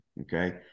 Okay